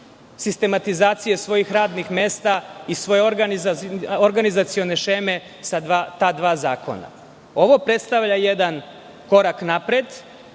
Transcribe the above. sistematizaciju svojih radnih mesta i svoje organizacione šeme sa ta dva zakona. Ovo predstavlja jedan korak napred